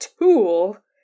tool